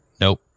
Nope